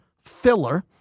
filler